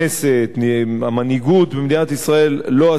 המנהיגות במדינת ישראל לא עשתה מספיק,